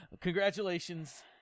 Congratulations